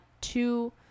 two